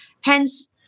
Hence